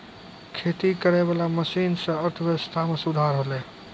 खेती करै वाला मशीन से अर्थव्यबस्था मे सुधार होलै